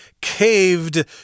caved